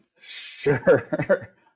Sure